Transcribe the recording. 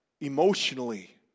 Emotionally